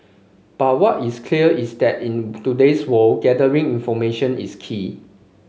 but what is clear is that in today's world gathering information is key